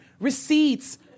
receipts